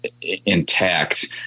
intact